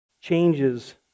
changes